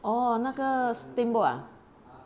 哦那个 steamboat ah